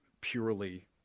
purely